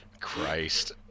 Christ